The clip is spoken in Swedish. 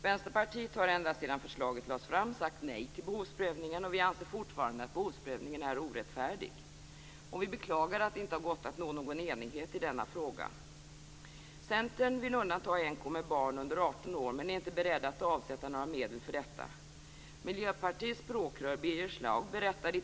Vänsterpartiet har ända sedan förslaget lades fram sagt nej till behovsprövningen, och vi anser fortfarande att den är orättfärdig. Vi beklagar att det inte gått att nå någon enighet i denna fråga. Centern vill undanta änkor med barn under 18 år men är inte beredda att avsätta några medel för detta.